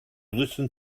listen